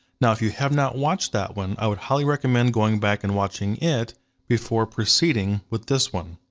now if you have not watched that one, i would highly recommend going back and watching it before proceeding with this one.